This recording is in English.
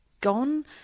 gone